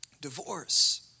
divorce